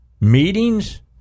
meetings